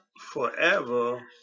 forever